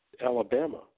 Alabama